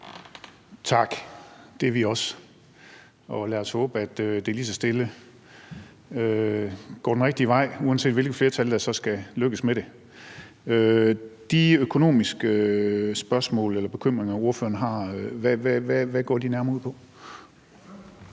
Tak. Det er vi også, og lad os håbe, at det lige så stille går den rigtige vej, uanset hvilket flertal der så skal lykkes med det. De økonomiske spørgsmål eller bekymringer, ordføreren har, hvad går de nærmere ud på?